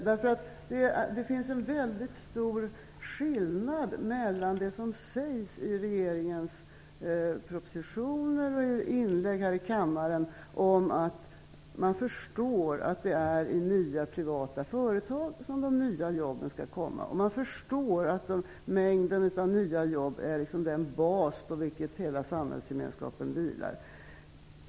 Det är en väldigt stor skillnad mellan det som sägs i regeringens propositioner och inlägg här i kammaren och regeringens förslag. Man säger att man förstår att det är i nya, privata företag som de nya jobben skall komma och att mängden av nya jobb är den bas på vilken hela samhällsgemenskapen vilar.